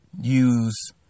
use